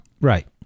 Right